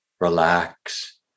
relax